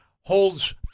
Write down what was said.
holds